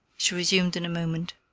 she resumed in a moment.